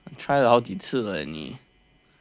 try 了好几次了你